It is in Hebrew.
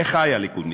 אחי הליכודניקים: